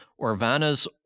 Orvana's